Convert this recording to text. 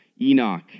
Enoch